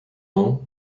ans